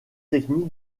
technique